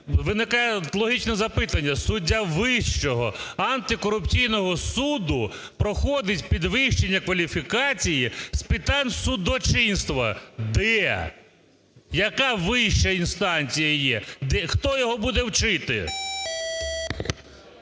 виникає логічне запитання. Суддя Вищого антикорупційного суду проходить підвищення кваліфікації з питань судочинства. Де? Яка вища інстанція є? Хто його буде вчити?